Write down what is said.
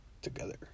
together